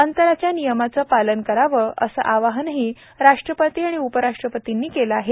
अंतराच्या नियमांचं पालन करावं असं आवाहनही राष्ट्रपती आणि उपराष्ट्रपतींनीं केलं आहे